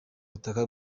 butaka